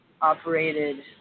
operated